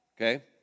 Okay